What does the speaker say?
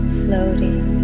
floating